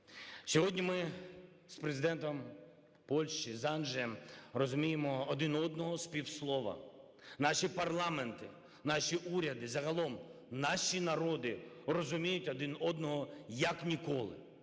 Сьогодні ми із Президентом Польщі з Анджеєм розуміємо один одного з півслова. Наші парламенти, наші уряди, загалом наші народи розуміють один одного, як ніколи.